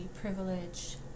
privilege